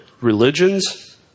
religions